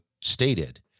stated